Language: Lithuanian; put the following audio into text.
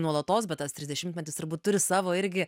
nuolatos bet tas trisdešimtmetis turbūt turi savo irgi